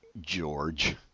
George